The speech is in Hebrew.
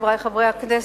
חברי חברי הכנסת,